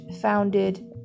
founded